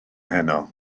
heno